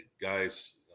Guys